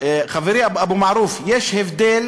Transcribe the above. חברי אבו מערוף, יש הבדל